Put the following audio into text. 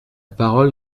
parole